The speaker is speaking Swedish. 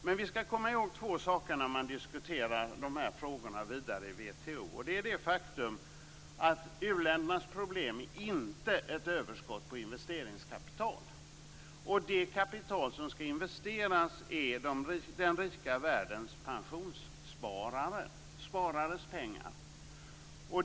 Men vi skall komma ihåg två saker när man diskuterar de här frågorna vidare i WTO. Faktum är att uländernas problem inte är ett överskott på investeringskapital. Det kapital som skall investeras är den rika världens pensionssparares pengar.